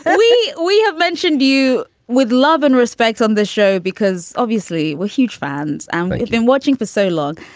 and we we have mentioned you would love and respect on the show because obviously we're huge fans and you've been watching for so long.